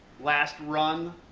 last run,